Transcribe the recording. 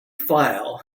file